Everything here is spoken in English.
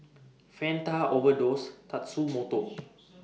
Fanta Overdose Tatsumoto